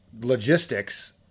logistics